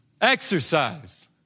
Exercise